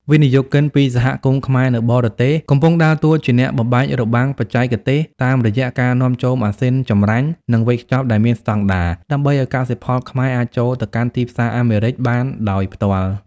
វិនិយោគិនពី សហគមន៍ខ្មែរនៅបរទេស កំពុងដើរតួជាអ្នកបំបែករបាំងបច្ចេកទេស តាមរយៈការនាំចូលម៉ាស៊ីនចម្រាញ់ និងវេចខ្ចប់ដែលមានស្ដង់ដារ ដើម្បីឱ្យកសិផលខ្មែរអាចចូលទៅកាន់ទីផ្សារអាមេរិកបានដោយផ្ទាល់។